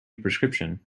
prescription